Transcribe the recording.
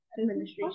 administration